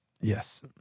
Yes